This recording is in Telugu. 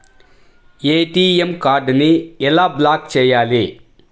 ఏ.టీ.ఎం కార్డుని ఎలా బ్లాక్ చేయాలి?